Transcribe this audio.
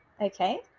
Okay